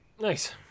Nice